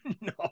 No